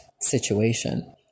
situation